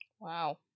wow